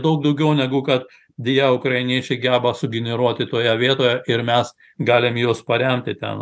daug daugiau negu kad deja ukrainiečiai geba sugeneruoti toje vietoje ir mes galim juos paremti ten